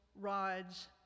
rides